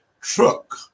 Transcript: truck